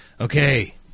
Okay